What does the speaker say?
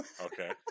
okay